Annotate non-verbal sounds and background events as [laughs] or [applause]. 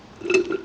[laughs]